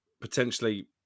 potentially